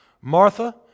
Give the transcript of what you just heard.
Martha